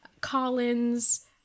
Collins